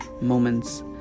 moments